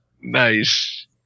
Nice